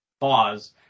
pause